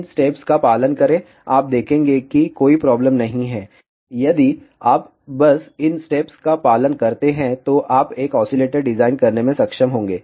इन steps का पालन करें आप देखेंगे कि कोई प्रॉब्लम नहीं है यदि आप बस इन स्टेप्स का पालन करते हैं तो आप एक ऑसीलेटर डिजाइन करने में सक्षम होंगे